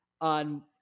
on